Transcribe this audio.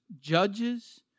judges